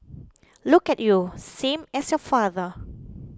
look at you same as your father